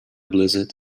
blizzard